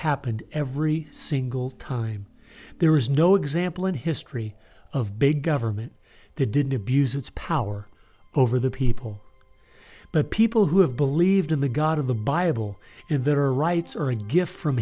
happened every single time there is no example in history of big government they didn't abuse its power over the people but people who have believed in the god of the bible in their rights are a gift from